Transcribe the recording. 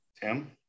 tim